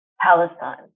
Palestine